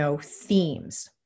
themes